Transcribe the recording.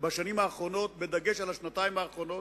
בשנים האחרונות, בדגש על השנתיים האחרונות,